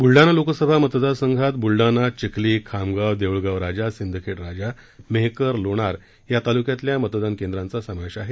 बुलडाणा लोकसभा मतदारसंघात बुलडाणा चिखली खामगाव देऊळगाव राजा सिंदखेड राजा मेहकर लोणार या तालुक्यातल्या मतदान केंद्रांचा समावेश आहे